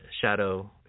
shadow